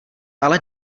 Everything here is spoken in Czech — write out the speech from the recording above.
ale